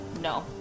no